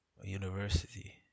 university